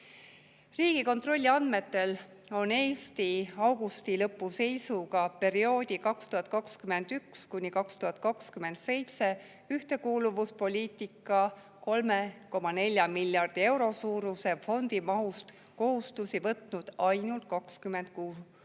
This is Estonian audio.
teravalt. Riigikontrolli andmetel on Eesti augusti lõpu seisuga perioodi 2021–2027 ühtekuuluvuspoliitika 3,4 miljardi euro suuruse fondi mahust kohustusi võtnud ainult 26%